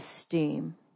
esteem